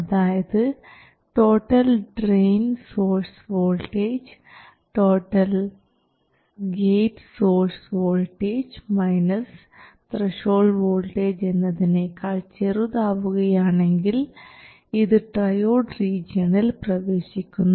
അതായത് total drain source voltage total gate source voltage minus threshold voltage എന്നതിനേക്കാൾ ചെറുതാവുകയാണെങ്കിൽ ഇത് ട്രയോഡ് റീജിയണിൽ പ്രവേശിക്കുന്നു